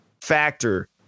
factor